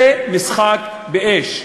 זה משחק באש.